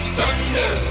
Thunder